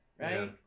right